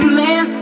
man